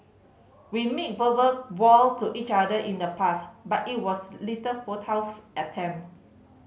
we made verbal vow to each other in the past but it was little futile attempt